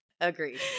agreed